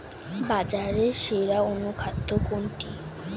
বাজারে সেরা অনুখাদ্য কোনটি?